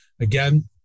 Again